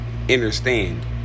Understand